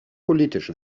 politisch